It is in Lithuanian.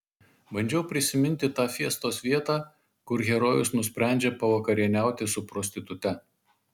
bandžiau prisiminti tą fiestos vietą kur herojus nusprendžia pavakarieniauti su prostitute